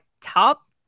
top